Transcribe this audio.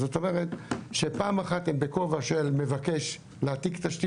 זאת אומרת שפעם אחת הוא בכובע שמבקש להעתיק תשתית